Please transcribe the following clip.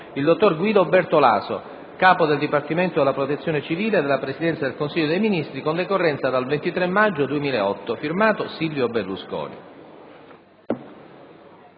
il dott. Guido BERTOLASO, Capo del Dipartimento della protezione civile della Presidenza del Consiglio dei Ministri, con decorrenza dal 23 maggio 2008. *F.to*Silvio Berlusconi».